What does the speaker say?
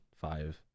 five